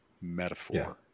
metaphor